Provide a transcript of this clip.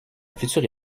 future